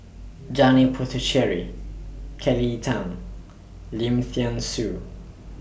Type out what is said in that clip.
Janil Puthucheary Kelly Tang Lim Thean Soo